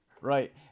Right